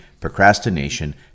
procrastination